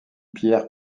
pierre